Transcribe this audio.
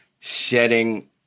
setting